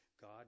God